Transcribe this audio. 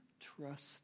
Trust